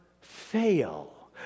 fail